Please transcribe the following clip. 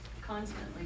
constantly